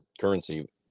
currency